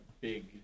big